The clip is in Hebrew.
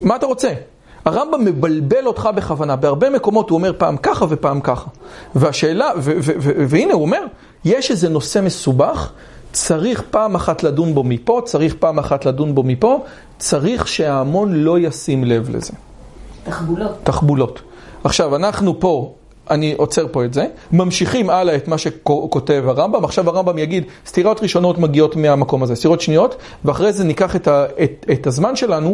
מה אתה רוצה? הרמב״ם מבלבל אותך בכוונה, בהרבה מקומות הוא אומר פעם ככה ופעם ככה, והשאלה, והנה הוא אומר, יש איזה נושא מסובך, צריך פעם אחת לדון בו מפה, צריך פעם אחת לדון בו מפה, צריך שההמון לא ישים לב לזה. תחבולות. תחבולות. עכשיו, אנחנו פה, אני עוצר פה את זה, ממשיכים הלאה את מה שכותב הרמב״ם, עכשיו הרמב״ם יגיד, סתירות ראשונות מגיעות מהמקום הזה, סתירות שניות, ואחרי זה ניקח את הזמן שלנו.